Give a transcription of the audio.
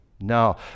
No